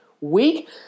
week